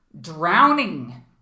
drowning